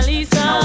Lisa